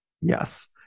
yes